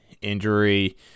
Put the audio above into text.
injury